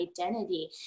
identity